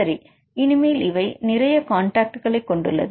சரி இனிமேல் இவை நிறைய காண்டாக்ட்களை கொண்டுள்ளது